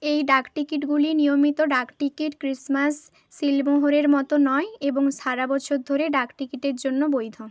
এই ডাকটিকিটগুলি নিয়মিত ডাকটিকিট ক্রিসমাস সিলমোহরের মতো নয় এবং সারা বছর ধরে ডাকটিকিটের জন্য বৈধ